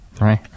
Right